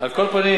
על כל פנים,